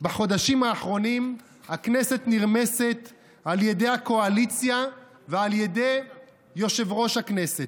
בחודשים האחרונים הכנסת נרמסת על ידי הקואליציה ועל ידי יושב-ראש הכנסת,